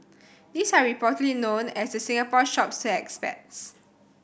these are reportedly known as the Singapore Shops to expats